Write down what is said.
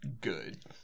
good